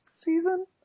season